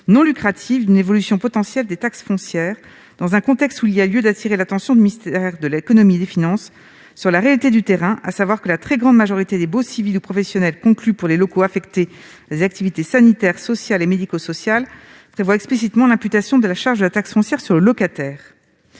non lucratives d'une évolution potentielle des taxes foncières, dans un contexte où il y a lieu d'attirer l'attention du ministère de l'économie et des finances sur la réalité de terrain, à savoir que la très grande majorité des baux civils ou professionnels conclus pour les locaux affectés à des activités sanitaires, sociales et médico-sociales prévoient explicitement l'imputation de la charge de la taxe foncière au locataire.